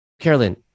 Carolyn